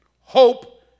hope